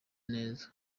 neza